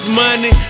money